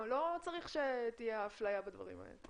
לא צריך שתהיה אפליה בדברים האלה.